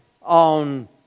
on